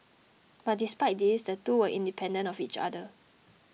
but despite this the two were independent of each other